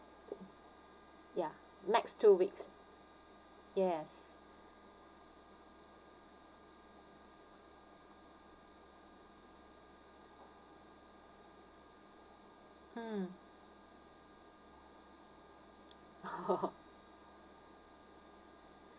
ya max two weeks yes mm